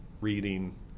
reading